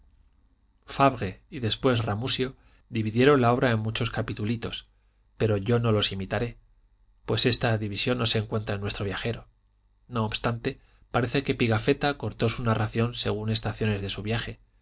y después ramusio dividieron la obra en muchos capitulitos pero yo no los imitaré pues esta división no se encuentra en nuestro viajero no obstante parece que pigafetta cortó su narración según las estaciones de su viaje